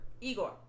Igor